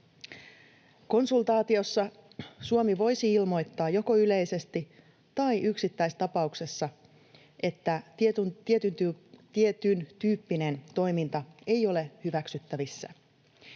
Konsultaatiossa Suomi voisi ilmoittaa joko yleisesti tai yksittäistapauksessa, että tietyntyyppinen toiminta ei ole hyväksyttävissä.